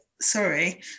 Sorry